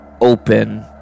open